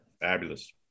Fabulous